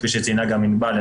כפי שציינה ענבל חרמוני,